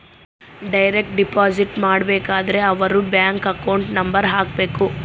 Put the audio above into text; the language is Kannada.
ಡೈರೆಕ್ಟ್ ಡಿಪೊಸಿಟ್ ಮಾಡಬೇಕಾದರೆ ಅವರ್ ಬ್ಯಾಂಕ್ ಅಕೌಂಟ್ ನಂಬರ್ ಹಾಕ್ಬೆಕು